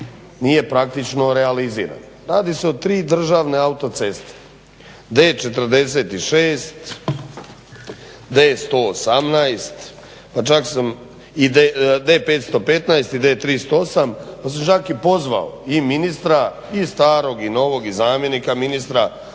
nije praktično realiziran. Radi se o tri državne autoceste D-46, D-118 i D-515 i D-38. Pa sam čak i pozvao i ministra i starog i novog i zamjenika ministra